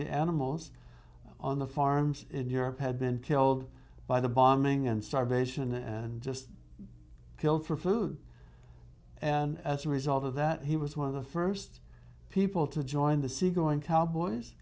the animals on the farms in europe had been killed by the bombing and starvation and just killed for food and as a result of that he was one of the first people to join the sea going cowboys